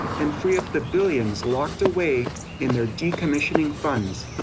and free up the billions locked away in their decommissioning funds.